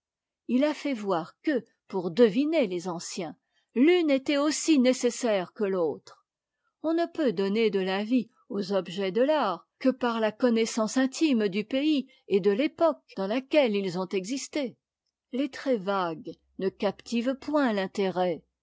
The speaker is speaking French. il a fait voir que pour deviner les anciens l'une était aussi nécessaire que l'autre on ne peut donner de la vie aux objets de l'art que par la connaissance intime du pays et de l'époque dans laquelle ils ont existé les traits vagues ne captivent point l'intérêt